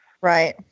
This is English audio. Right